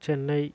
Chennai